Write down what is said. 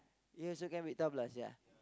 you also can beat tablas ya